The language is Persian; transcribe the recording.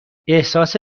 احساس